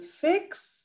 fix